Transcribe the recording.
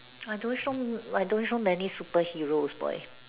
I don't show I don't show many superheroes boy